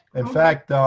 in fact,